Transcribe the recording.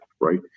right